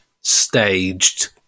staged